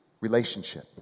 relationship